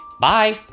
bye